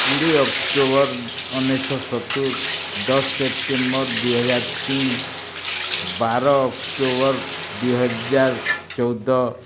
କୋଡ଼ିଏ ଅକ୍ଟୋବର ଉଣେଇଶିଶହ ସତୁରି ଦଶ ସେପ୍ଟେମ୍ବର ଦୁଇ ହଜାର ତିନ ବାର ଅକ୍ଟୋବର ଦୁଇ ହଜାର ଚଉଦ